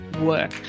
work